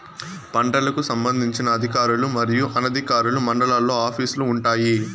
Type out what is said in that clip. పంటలకు సంబంధించిన అధికారులు మరియు అనధికారులు మండలాల్లో ఆఫీస్ లు వుంటాయి?